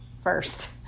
first